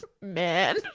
man